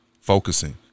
focusing